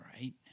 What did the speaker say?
right